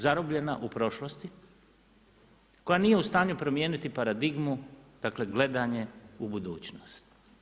Zarobljena u prošlosti, koja nije u stanju promijeniti paradigmu, dakle, gledanju u budućnost.